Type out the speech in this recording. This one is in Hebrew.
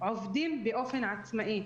עובדים באופן עצמאי.